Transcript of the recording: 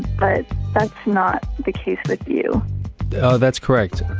but, that's not the case with you that's correct.